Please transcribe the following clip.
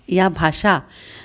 या भाषा